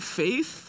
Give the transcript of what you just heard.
faith